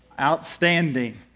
Outstanding